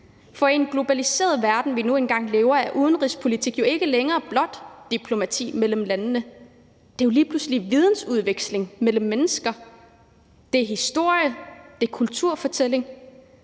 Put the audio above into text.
i en globaliseret verden, som vi nu engang lever i,er udenrigspolitik jo ikke længere blot diplomati mellem landene. Det er jo lige pludselig vidensudveksling mellem mennesker, det er historie, det er kulturfortælling,